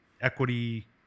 equity